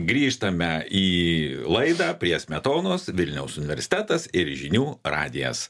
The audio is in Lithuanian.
grįžtame į laidą prie smetonos vilniaus universitetas ir žinių radijas